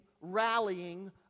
rallying